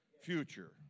future